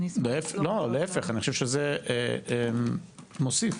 זה מוסיף.